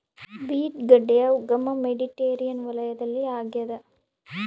beet ಗಡ್ಡೆಯ ಉಗಮ Mediterranean ವಲಯದಲ್ಲಿ ಆಗ್ಯಾದ